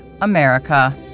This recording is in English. America